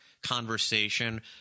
Conversation